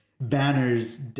banners